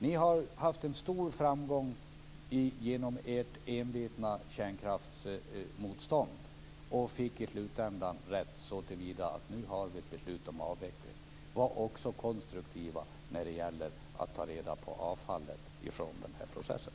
Ni har haft stor framgång med ert envetna kärnkraftsmotstånd och fick i slutändan rätt såtillvida att vi nu har ett beslut om avveckling. Var också konstruktiva när det gäller att ta reda på avfallet från den här processen!